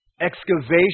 excavation